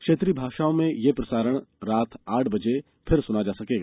क्षेत्रीय भाषाओं में यह प्रसारण रात आठ बजे फिर सुना जा सकेगा